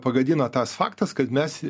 pagadino tas faktas kad mes